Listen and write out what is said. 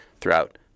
throughout